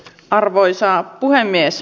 arvoisa puhemies